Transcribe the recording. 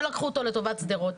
שלקחו אותו לטובת שדרות.